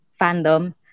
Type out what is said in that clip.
fandom